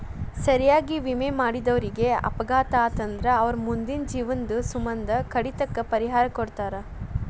ಸರಿಯಾಗಿ ವಿಮೆ ಮಾಡಿದವರೇಗ ಅಪಘಾತ ಆತಂದ್ರ ಅವರ್ ಮುಂದಿನ ಜೇವ್ನದ್ ಸಮ್ಮಂದ ಕಡಿತಕ್ಕ ಪರಿಹಾರಾ ಕೊಡ್ತಾರ್